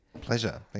Pleasure